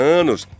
anos